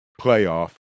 playoff